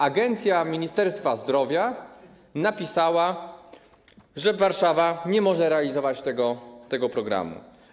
Agencja Ministerstwa Zdrowia napisała, że Warszawa nie może realizować tego programu.